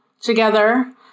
together